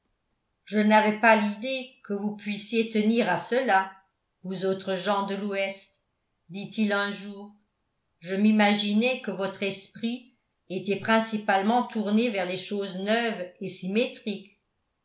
je n'avais pas l'idée que vous pussiez tenir à cela vous autres gens de l'ouest dit-il un jour je m'imaginais que votre esprit était principalement tourné vers les choses neuves et symétriques